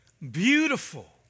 beautiful